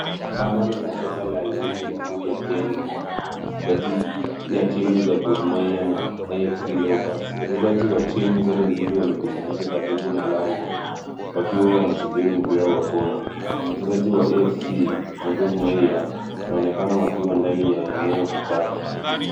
Pambano la soka la ligi kuu ya Kenya kati ya timu za Gor Mahia na AFC Leopards. Wachezaji wa timu zote mbili wamekusanyika karibu na lango wakiwa wanasubiri mpira wa kona. Wachezaji wa AFC na Gor Mahia wanaonekana wakiwa ndani ya eneo hatari.